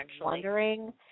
wondering